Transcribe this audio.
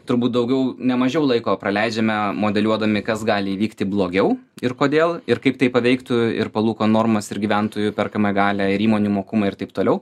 turbūt daugiau ne mažiau laiko praleidžiame modeliuodami kas gali įvykti blogiau ir kodėl ir kaip tai paveiktų ir palūkanų normas ir gyventojų perkamąją galią ir įmonių mokumą ir taip toliau